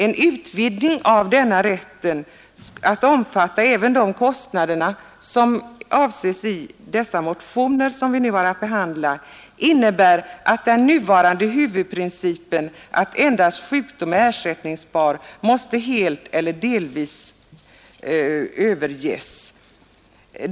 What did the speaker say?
En utvidgning av denna rätt till att omfatta även de kostnader som avses i de motioner vi nu har att behandla innebär att den nuvarande huvudprincipen, att endast sjukdom är ersättningsbar, helt eller delvis måste överges.